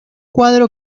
cuadro